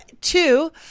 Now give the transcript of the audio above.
two